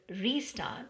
restart